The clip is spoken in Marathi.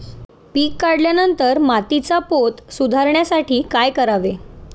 पीक काढल्यावर मातीचा पोत सुधारण्यासाठी काय करावे?